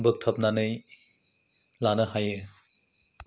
बोगथाबनानै लानो हायो